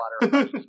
water